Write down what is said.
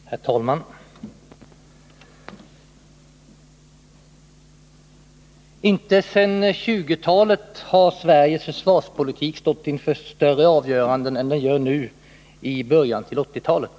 Herr talman! Inte sedan 1920-talet har Sveriges försvarspolitik stått inför större avgöranden än den gör nu i början av 1980-talet.